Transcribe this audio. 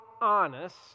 honest